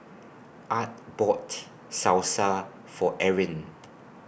Art bought Salsa For Erin